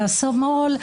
מהשמאל,